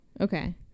Okay